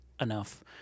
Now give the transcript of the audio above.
enough